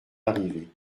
arrivés